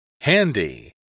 Handy